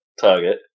target